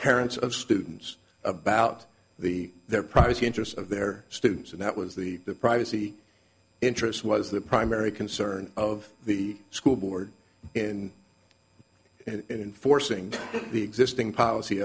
parents of students about the their privacy interests of their students and that was the privacy interest was the primary concern of the school board in enforcing the existing policy